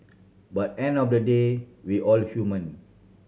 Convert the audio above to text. but on the end of the day we all human